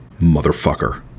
Motherfucker